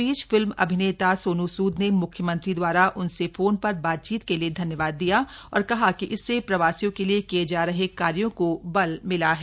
इस बीच फिल्म अभिनेता सोनू सूद ने म्ख्यमंत्री द्वारा उनसे फोन पर बातचीत के लिए धन्यवाद दिया और कहा कि इससे प्रवासियों के लिए किये जा रहे कार्यों को बल मिला है